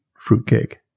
fruitcake